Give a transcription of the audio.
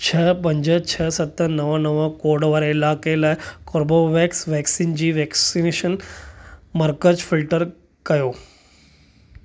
छह पंज छह सत नव नव कोड वारे इलाइक़े लाइ कोर्बीवेक्स वैक्सीन जो वैक्सनेशन मर्कज़ु फिल्टर कयो